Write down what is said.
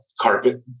carpet